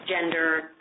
gender